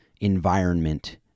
environment